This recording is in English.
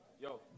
yo